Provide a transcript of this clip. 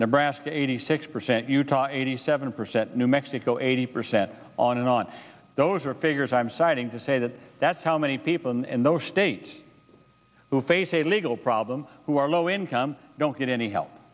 number asked eighty six percent utah eighty seven percent new mexico eighty percent on and on those are figures i'm citing to say that that's how many people and those states who face a legal problem who are low income don't get any help